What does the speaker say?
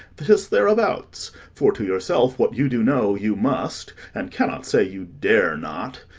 tis thereabouts for, to yourself, what you do know, you must, and cannot say, you dare not.